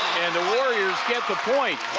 and the warriors get the point.